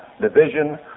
division